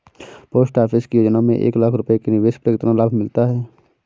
Post office की योजना में एक लाख रूपए के निवेश पर कितना लाभ मिलता है?